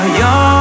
young